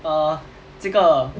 err 这个